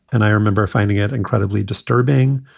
and i remember finding it incredibly disturbing,